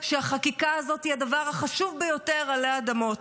שהחקיקה הזאת היא הדבר החשוב ביותר עלי אדמות.